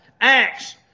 Acts